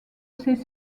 ses